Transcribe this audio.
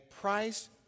price